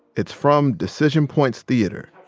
it's from decision points theater,